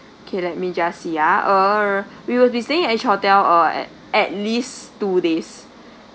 okay let me just see ah uh we will be staying at each hotel uh at least two days